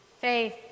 Faith